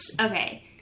Okay